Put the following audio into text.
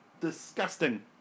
disgusting